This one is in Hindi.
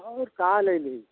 और का ले लें